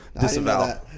disavow